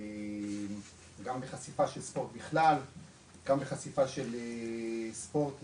גם בחשיפה של ספורט בכלל,